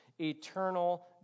eternal